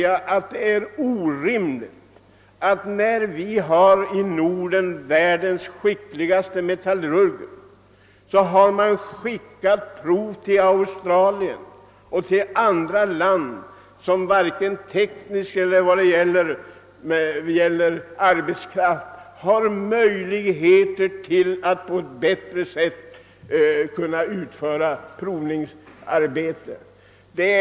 Här i Norden har vi världens skickligaste metallurger. Är det då rimligt att skicka prover till Australien och andra länder, där man varken tekniskt eller arbetskraftsmässigt har resurser för att kunna utföra provningsarbetena bättre?